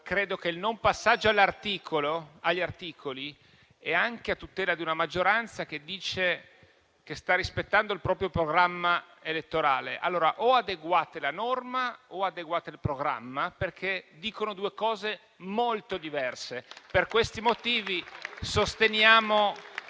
se non che il non passaggio agli articoli sia anche a tutela di una maggioranza che dice che sta rispettando il proprio programma elettorale. Allora, o adeguate la norma o adeguate il programma, perché dicono due cose molto diverse. Per questi motivi, sosteniamo